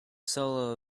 solo